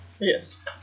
Yes